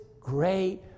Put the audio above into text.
great